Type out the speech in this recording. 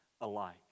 alike